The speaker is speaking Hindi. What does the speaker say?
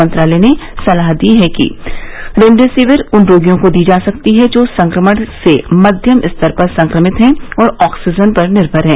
मंत्रालय ने सलाह दी है कि रेमडेसिविर उन रोगियों को दी जा सकती है जो संक्रमण से मध्यम स्तर पर संक्रमित हैं और ऑक्सीजन पर निर्मर हैं